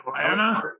Atlanta